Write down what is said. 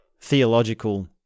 theological